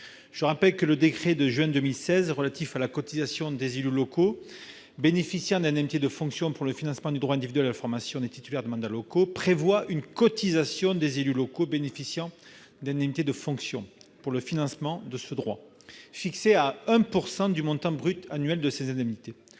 Je rappelle que le décret de juin 2016 relatif à la cotisation des élus locaux bénéficiant d'indemnités de fonctions pour le financement du droit individuel à la formation des titulaires de mandats locaux prévoit une cotisation des élus locaux bénéficiant d'indemnités de fonctions pour le financement de ce droit, fixée à 1 % du montant brut annuel de ces indemnités.